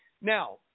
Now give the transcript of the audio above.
Now